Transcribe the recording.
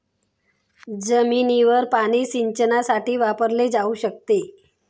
जमिनीवरील पाणी सिंचनासाठी वापरले जाऊ शकते